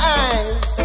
eyes